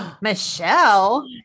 michelle